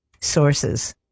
sources